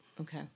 Okay